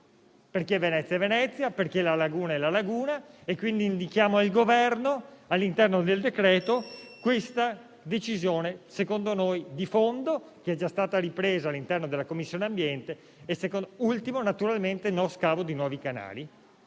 perché Venezia è Venezia, perché la laguna è la laguna. Quindi, indichiamo al Governo, all'interno del decreto, questa decisione, secondo noi di fondo, già ripresa all'interno della Commissione ambiente. Infine, naturalmente, no allo scavo di nuovi canali.